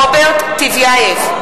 (קוראת בשמות חברי הכנסת) רוברט טיבייב,